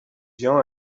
vian